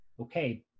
okay